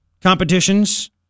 competitions